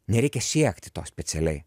nereikia siekti to specialiai